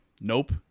Nope